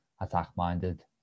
attack-minded